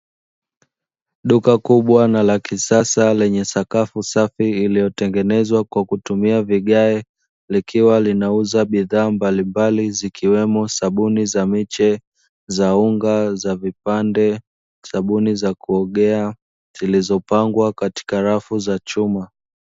Duka kubwa na la kisasa lenye sakafu safi iliyotengenezwa kwa kutumia vigae likiwa linauza bidhaa mbalimbali zikiwemo sabuni za unga, za miche, sabuni za kuogea zilizopangwa katika rafu za chuma.